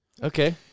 Okay